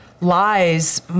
lies